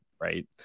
right